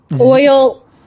oil